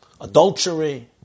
adultery